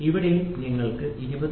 ഇവിടെയും നിങ്ങൾക്ക് 20